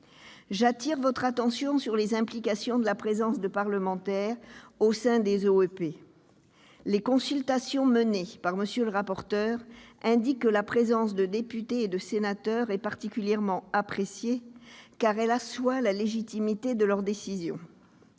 J'attire votre attention sur les implications de la présence de députés et de sénateurs au sein des OEP. Les consultations menées par M. le rapporteur indiquent que cette présence est particulièrement appréciée, car elle assoit la légitimité de leurs décisions.